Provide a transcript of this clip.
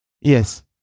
Yes